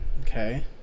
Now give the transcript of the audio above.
Okay